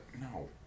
no